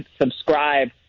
subscribe